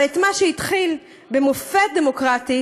אבל את מה שהתחיל במופת דמוקרטי